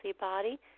body